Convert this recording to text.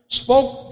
spoke